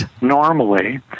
normally